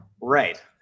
Right